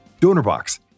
DonorBox